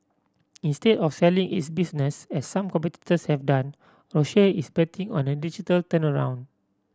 instead of selling its business as some competitors have done Roche is betting on a digital turnaround